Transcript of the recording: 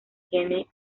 tiene